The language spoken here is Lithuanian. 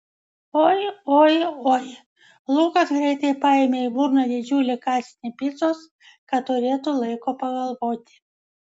oi oi oi lukas greitai paėmė į burną didžiulį kąsnį picos kad turėtų laiko pagalvoti